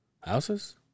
Houses